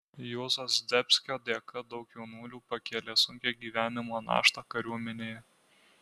juozo zdebskio dėka daug jaunuolių pakėlė sunkią gyvenimo naštą kariuomenėje